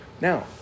Now